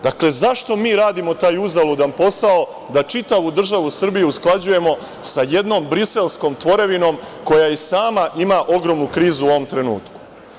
Dakle, zašto mi radimo taj uzaludan posao, da čitavu državu Srbiju usklađujemo sa jednom briselskom tvorevinom koja i sama ima ogromnu krizu u ovom trenutku?